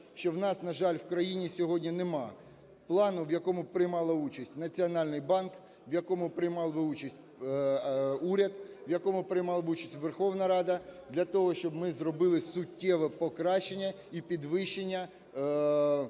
що в нас, на жаль, в країні сьогодні нема плану, в якому б приймав би участь Національний банк, в якому приймав би участь уряд, в якому приймала би участь Верховна Рада для того, щоб ми зробили суттєве покращення і підвищення